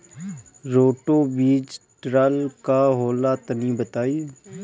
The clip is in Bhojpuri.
रोटो बीज ड्रिल का होला तनि बताई?